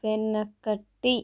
వెనుకటి